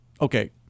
okay